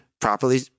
properly